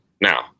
Now